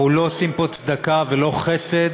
אנחנו לא עושים פה צדקה ולא חסד,